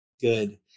Good